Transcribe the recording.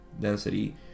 density